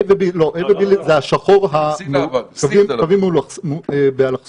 לא, A ו-B זה השחור עם הקווים באלכסון.